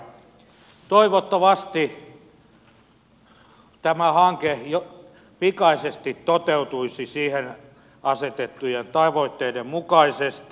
toivottavasti tämä hanke pikaisesti toteutuisi siihen asetettujen tavoitteiden mukaisesti